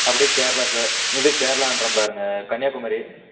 அப்படியே கேரளா சார் இது கேரளாங்றம் பாருங்க கன்னியாகுமரி